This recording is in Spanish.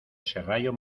serrallo